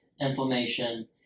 inflammation